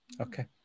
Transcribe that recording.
okay